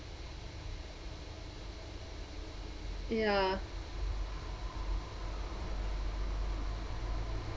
ya